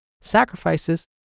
sacrifices